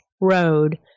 road